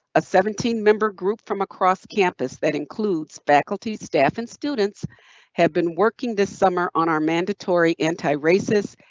a seventeen member group from across campus that includes faculty staff and students have been working this summer on our mandatory anti racist,